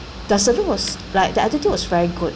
the service was like the attitude was very good